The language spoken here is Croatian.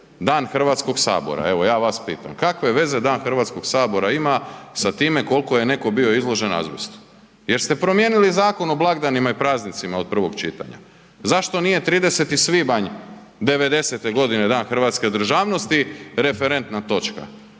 Dan Hrvatskog sabora? Evo ja vas pitam. Kakve veza Dan Hrvatskog sabora ima sa time koliko je neko bio izložen azbestu? Jer ste promijenili Zakon o blagdanima i praznicima od prvog čitanja. Zašto nije 30. svibanj '90.-te godine Dan hrvatske državnosti referentna točka?